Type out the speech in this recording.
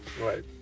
Right